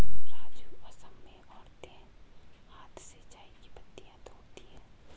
राजू असम में औरतें हाथ से चाय की पत्तियां तोड़ती है